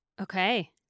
Okay